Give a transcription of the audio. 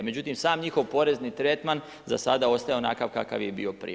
Međutim, sam njihov porezni tretman za sada ostaje onakav kakav je bio prije.